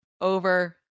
over